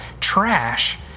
trash